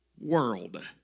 world